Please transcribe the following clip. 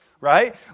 right